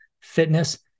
fitness